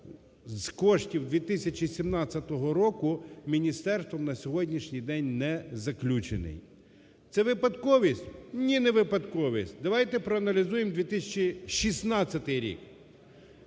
з кошті в 2017 року міністерством на сьогоднішній день не заключений. Це випадковість? Ні, не випадковість. Давайте проаналізуємо 2016 рік.